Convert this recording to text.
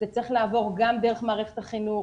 זה צריך לעבור גם דרך מערכת החינוך.